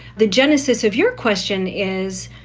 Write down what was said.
the genesis of your question is,